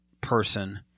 person